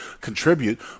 contribute